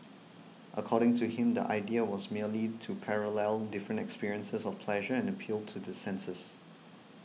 according to him the idea was merely to parallel different experiences of pleasure and appeal to the senses